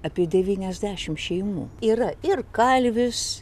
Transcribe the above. apie devyniasdešim šeimų yra ir kalvis